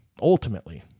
ultimately